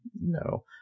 No